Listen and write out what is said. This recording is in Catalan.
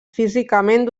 físicament